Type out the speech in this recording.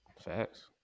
Facts